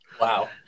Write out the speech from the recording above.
Wow